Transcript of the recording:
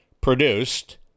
produced